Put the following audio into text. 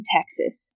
Texas